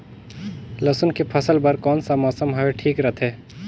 लसुन के फसल बार कोन सा मौसम हवे ठीक रथे?